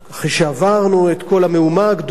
אחרי שעברנו את כל המהומה הגדולה,